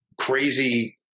crazy